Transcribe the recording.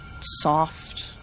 soft